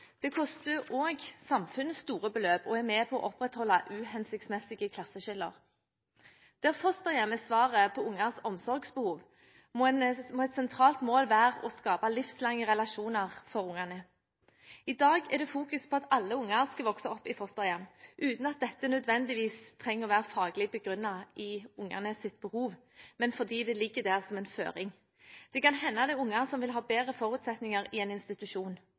Det koster også samfunnet store beløp og er med på å opprettholde uhensiktsmessige klasseskiller. Der fosterhjem er svaret på barns omsorgsbehov, må et sentralt mål være å skape livslange relasjoner for barnet. I dag er det fokus på at alle barn skal vokse opp i fosterhjem, uten at dette nødvendigvis behøver å være faglig begrunnet i barnets behov, men fordi det ligger der som en føring. Det kan hende det er barn som vil ha bedre forutsetninger i en institusjon.